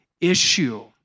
issue